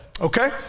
Okay